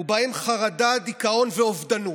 ובהם חרדה, דיכאון ואובדנות.